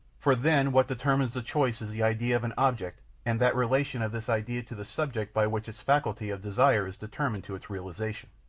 for then what determines the choice is the idea of an object and that relation of this idea to the subject by which its faculty of desire is determined to its realization.